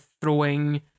throwing